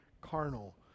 carnal